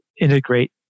integrate